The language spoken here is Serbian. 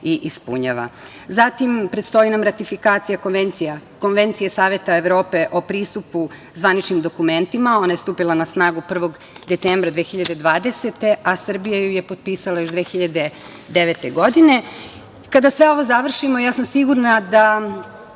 i ispunjava. Zatim, predstoji nam ratifikacija konvencija. Konvencija Saveta Evrope o pristupu zvaničnim dokumentima je stupila na snagu 1. decembra 2020. godine, a Srbija ju je potpisala još 2009. godine. Kada sve ovo završimo ja sam sigurna da